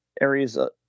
areas